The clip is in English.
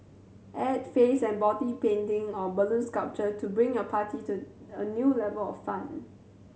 add face and body painting or balloon sculpture to bring your party to a new level of fun